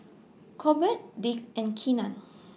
Colbert Dick and Keenan